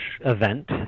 event